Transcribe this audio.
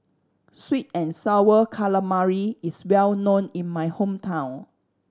sweet and Sour Calamari is well known in my hometown